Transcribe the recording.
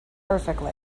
perfectly